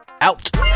out